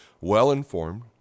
well-informed